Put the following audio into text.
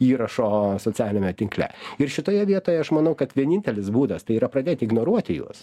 įrašo socialiniame tinkle ir šitoje vietoje aš manau kad vienintelis būdas tai yra pradėti ignoruoti juos